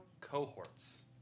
cohorts